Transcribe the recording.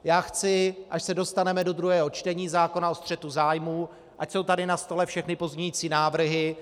Já chci, až se dostaneme do druhého čtení zákona o střetu zájmů, ať jsou tady na stole všechny pozměňující návrhy.